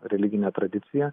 religinę tradiciją